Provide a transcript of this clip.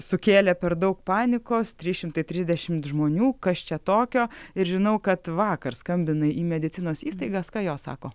sukėlė per daug panikos trys šimtai trisdešimt žmonių kas čia tokio ir žinau kad vakar skambinai į medicinos įstaigas ką jos sako